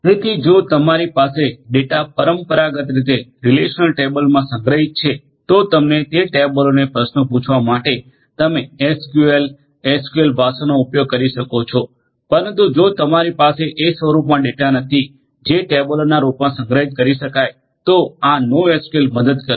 તેથી જો તમારી પાસે ડેટા પરંપરાગત રીતે રિલેશનલ ટેબલમાં સંગ્રહિત છે તો તમે તે ટેબલોને પ્રશ્નો પૂછવા માટે તમે એસક્યુએલ એસક્યુએલ ભાષાનો ઉપયોગ કરી શકો છો પરંતુ જો તમારી પાસે એ સ્વરૂપમા ડેટા નથી જે ટેબલોના રૂપમાં સંગ્રહિત કરી શકાય તો આ નોએસક્યુએલ મદદ કરશે